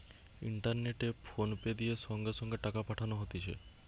ইন্টারনেটে ফোনপে দিয়ে সঙ্গে সঙ্গে টাকা পাঠানো হতিছে